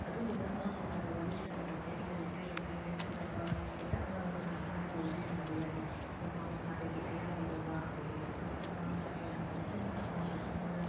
ꯑꯗꯨꯗꯨꯅ ꯑꯉꯥꯡ ꯃꯆꯥꯗ ꯌꯥꯔꯤ ꯁꯥꯅꯕꯁꯦ ꯑꯩꯅ ꯂꯩꯀꯥꯏ ꯂꯩꯀꯥꯏꯗ ꯆꯠꯂꯒ ꯍꯦꯛꯇ ꯑꯉꯥꯡꯗꯨ ꯍꯥꯟꯅ ꯐꯥꯔꯒ ꯌꯥꯔꯤ ꯁꯥꯅꯕ ꯌꯥꯗꯦ ꯃꯃꯥ ꯃꯄꯥꯗꯒꯤ ꯑꯌꯥꯕ ꯂꯧꯕ ꯑꯗꯒꯤ ꯃꯌꯥꯝ ꯃꯃꯥ ꯃꯄꯥꯅ ꯌꯥꯔꯛꯑꯕ ꯃꯇꯨꯡꯗ ꯑꯉꯥꯡꯗꯨꯅ ꯑꯩꯉꯣꯟꯗ